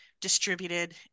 distributed